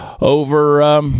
over